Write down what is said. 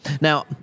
Now